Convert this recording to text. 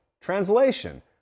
Translation